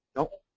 no,